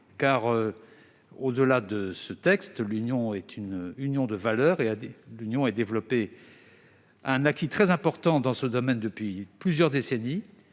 car, au-delà de ce texte, l'Union européenne est une union de valeurs. Elle a développé un acquis très important dans ce domaine depuis plusieurs décennies,